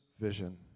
vision